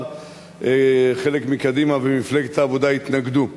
חלק מקדימה וממפלגת העבודה התנגדו לו.